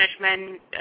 management